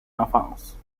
enfance